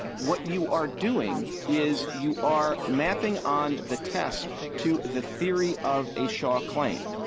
what you are doing is you are mapping on the test to the theory of a shaw claim.